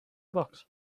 box